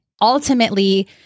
ultimately